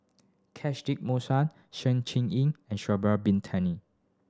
Catchtick Sng Choon Yeen and Shabra Bin